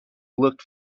looked